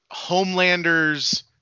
Homelander's